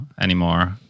anymore